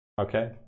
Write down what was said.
Okay